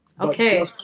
Okay